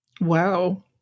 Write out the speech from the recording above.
Wow